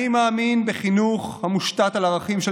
אני מאמין בחינוך המושתת על ערכים של